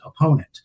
opponent